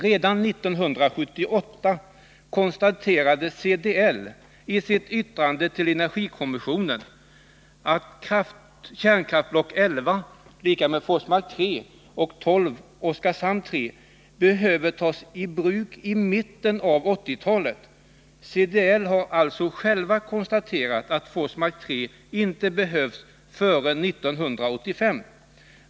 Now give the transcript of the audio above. Redan 1978 konstaterade CDL i ett yttrande till energikommissionen att kärnkraftblocken 11 — Forsmark 3 — och 12 — Oskarshamn 3 — behöver tas i bruk i mitten av 1980-talet. Man har alltså från CDL:s sida konstaterat att Forsmark 3 inte behöver tas i bruk före 1985.